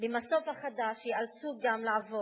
במסוף החדש ייאלצו גם לעבור